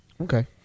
okay